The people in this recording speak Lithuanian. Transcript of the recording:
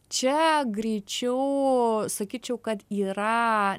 čia greičiau sakyčiau kad yra